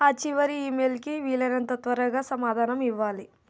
ఆ చివరి ఇమెయిల్కి వీలైనంత త్వరగా సమాధానం ఇవ్వాలి